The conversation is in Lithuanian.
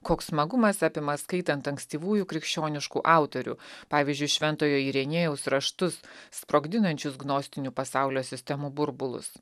koks smagumas apima skaitant ankstyvųjų krikščioniškų autorių pavyzdžiui šventojo irenėjaus raštus sprogdinančius gnostinių pasaulio sistemų burbulus